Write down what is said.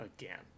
again